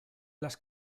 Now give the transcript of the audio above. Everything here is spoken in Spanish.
las